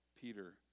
Peter